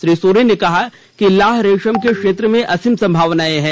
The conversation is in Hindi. श्री सोरेन ने कहा कि लाह रेशम के क्षेत्र में असीम संभावनाएं हैं